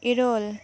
ᱤᱨᱟᱹᱞ